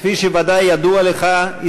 כפי שוודאי ידוע לך,